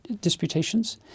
disputations